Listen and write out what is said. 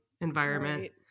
environment